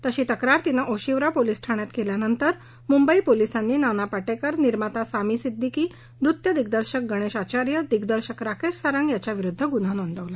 तशी तक्रार तिनं ओशिवरा पोलीस ठाण्यात केल्यानंतर मुंबई पोलिसांनी नाना पाटेकर निर्माता सामी सिद्दिकी नृत्य दिग्दर्शक गणेश आचार्य दिग्दर्शक राकेश सारंग यांच्याविरुद्ध गुन्हा नोंदवला